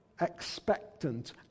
expectant